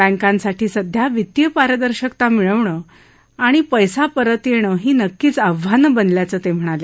बँकांसाठी सध्या वित्तीय पारदर्शकता मिळवणं आणि पैसा परत येणं ही नक्कीच आव्हानं बनल्याचं ते म्हणाले